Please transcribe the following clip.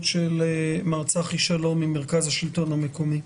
של מר צחי שלום ממרכז השלטון המקומי.